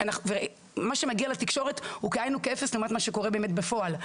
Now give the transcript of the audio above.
מה שמגיע לתקשורת הוא כעין וכאפס לעומת מה שקורה בפועל.